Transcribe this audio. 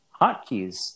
hotkeys